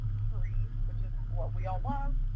free, which is what we all want.